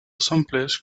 someplace